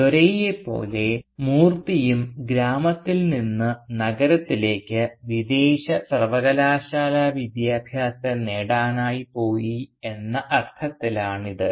ദോരൈയെ പോലെ മൂർത്തിയും ഗ്രാമത്തിൽ നിന്ന് നഗരത്തിലേക്ക് വിദേശ സർവകലാശാലാ വിദ്യാഭ്യാസം നേടാനായി പോയി എന്ന അർത്ഥത്തിലാണിത്